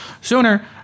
sooner